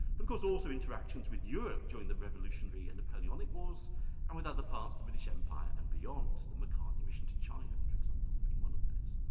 but it goes also interactions with europe during the revolutionary and napoleonic wars and with other parts of the british empire and beyond, the macartney mission to china for example being one of those.